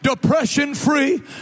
depression-free